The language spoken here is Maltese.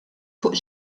fuq